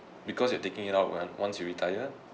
because you are taking it out one once you retire